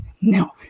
No